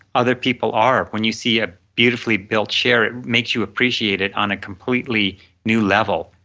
other people are when you see a beautifully built chair, it makes you appreciate it on a completely new level,